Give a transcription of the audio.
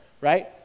right